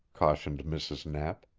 cautioned mrs. knapp.